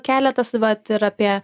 keletas vat ir apie